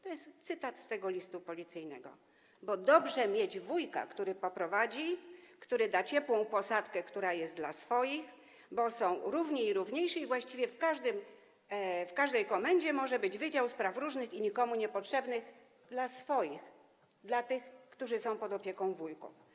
To jest cytat z tego listu policyjnego, bo dobrze mieć wujka, który poprowadzi, który da ciepłą posadkę, która jest dla swoich, bo są równi i równiejsi, i właściwie w każdej komendzie może być wydział spraw różnych i nikomu niepotrzebnych dla swoich, dla tych, którzy są pod opieką wujków.